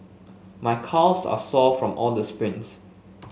my calves are sore from all the sprints